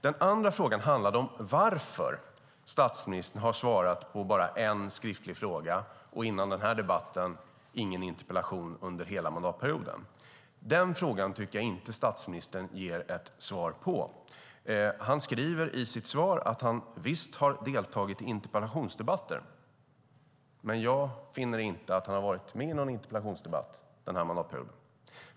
Den andra frågan handlade om varför statsministern bara har svarat på en skriftlig fråga och, före den här debatten, inte svarat på någon interpellation under hela mandatperioden. Den frågan tycker jag inte att statsministern ger ett svar på. Han säger i sitt svar att han visst har deltagit i interpellationsdebatter, men jag finner inte att han har varit med i någon interpellationsdebatt den här mandatperioden.